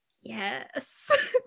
yes